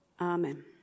Amen